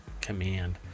command